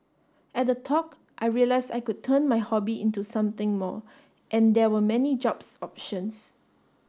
at the talk I realised I could turn my hobby into something more and there were many jobs options